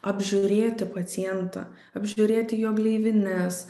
apžiūrėti pacientą apžiūrėti jo gleivines